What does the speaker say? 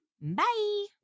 bye